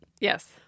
Yes